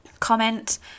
comment